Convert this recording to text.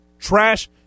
Trash